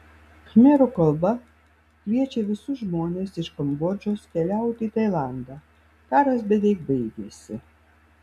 khmerų kalba kviečia visus žmones iš kambodžos keliauti į tailandą karas beveik baigėsi